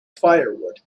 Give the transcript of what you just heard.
firewood